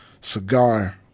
cigar